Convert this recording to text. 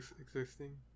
existing